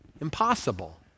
Impossible